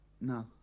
No